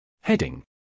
Heading